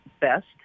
best